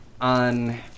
on